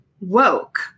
woke